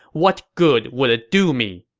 what good would it do me?